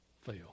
fail